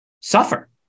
suffer